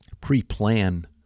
pre-plan